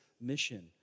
mission